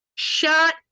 Shut